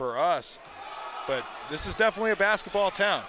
for us but this is definitely a basketball town